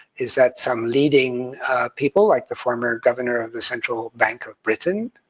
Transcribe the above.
is that some leading people, like the former governor of the central bank of britain,